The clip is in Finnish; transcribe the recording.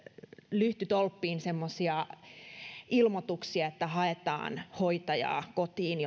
lyhtytolppiin semmoisia ilmoituksia että haetaan hoitajaa kotiin